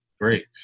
great